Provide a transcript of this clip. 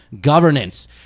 governance